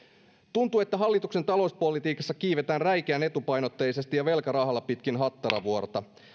tuntuu että hallituksen talouspolitiikassa kiivetään räikeän etupainotteisesti ja velkarahalla pitkin hattaravuorta